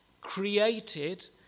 created